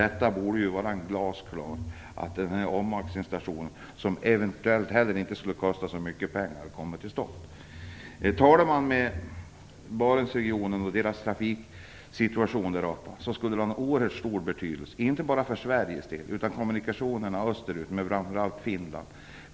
Det borde ju vara glasklart att denna omaxlingsstation, som eventuellt heller inte skulle kosta så mycket pengar, måste komma till stånd. Talar man med folk i Barentsregionen om deras trafiksituation får man veta att en omaxlingsstation skulle ha oerhört stor betydelse, inte bara för Sveriges del utan även för kommunikationerna österut, framför allt med Finland.